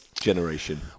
generation